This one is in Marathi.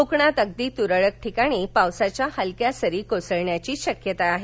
कोकणात अगदी तुरळक ठिकाणी पावसाच्या हलक्या सरी कोसळण्याची शक्यता आहे